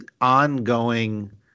ongoing